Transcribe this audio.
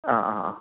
ആ ആ ആ